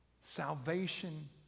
salvation